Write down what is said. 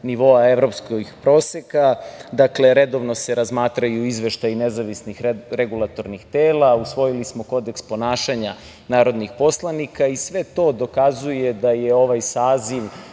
nivoa evropskih proseka. Dakle, redovno se razmatraju izveštaji nezavisnih regulatornih tela. Usvojili smo Kodeks ponašanja narodnih poslanika i sve to dokazuje da je ovaj saziv